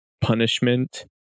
punishment